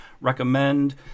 recommend